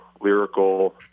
lyrical